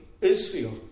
Israel